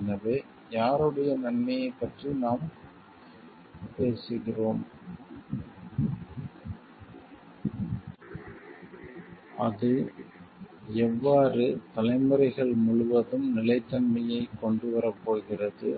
எனவே யாருடைய நன்மையைப் பற்றி நாம் பேசுகிறோம் அது எவ்வாறு தலைமுறைகள் முழுவதும் நிலைத்தன்மையைக் கொண்டுவரப் போகிறது